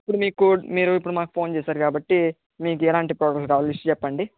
ఇప్పుడు మీకు మీరు మాకు ఫోన్ చేసారు కాబట్టి మీకు ఎలాంటి ప్రాబ్లెమ్ రాదు లిస్ట్ చెప్పండి